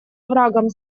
оврагам